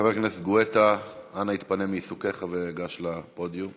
חבר הכנסת גואטה, אנא התפנה מעיסוקיך וגש לפודיום.